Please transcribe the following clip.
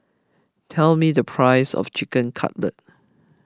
tell me the price of Chicken Cutlet